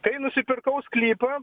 kai nusipirkau sklypą